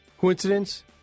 Coincidence